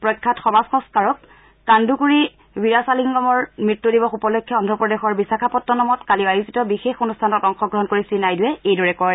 প্ৰখ্যাত সমাজ সংস্কাৰক কান্দুকুড়ি ভিৰাছলিংগমৰ মৃত্যু দিৱস উপলক্ষে অন্ধ্ৰপ্ৰদেশৰ বিশাখাপট্টনমত কালি আয়োজিত বিশেষ অনুষ্ঠানত অংশগ্ৰহণ কৰি শ্ৰীনাইডুৱে এইদৰে কয়